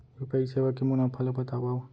UPI सेवा के मुनाफा ल बतावव?